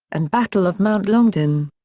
and battle of mount longdon.